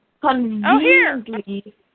conveniently